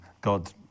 God